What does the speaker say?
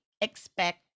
expect